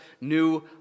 new